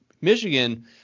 Michigan